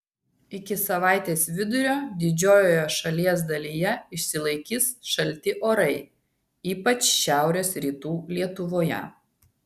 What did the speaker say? iki savaitės vidurio didžiojoje šalies dalyje išsilaikys šalti orai ypač šiaurės rytų lietuvoje